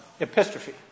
epistrophe